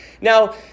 Now